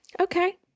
Okay